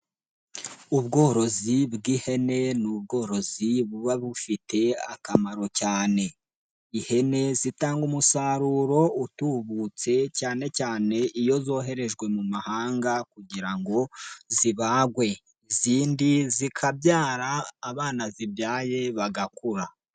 Ubworozi bw'ihene ni ubworozi buba bufite akamaro cyane, ihene zitanga umusaruro utubutse cyane cyane iyo zoherejwe mu mahanga kugira ngo zibagwe, izindi zikabyara abana zibyaye bagakura.